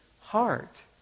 heart